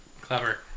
Clever